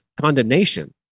condemnation